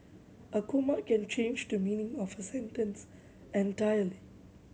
a comma can change the meaning of a sentence entirely